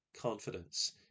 confidence